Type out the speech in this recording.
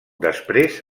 després